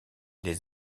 les